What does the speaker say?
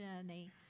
journey